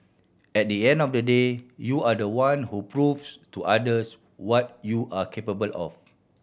at the end of the day you are the one who proves to others what you are capable of